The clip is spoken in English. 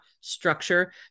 structure